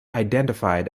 identified